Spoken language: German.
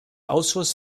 ausschuss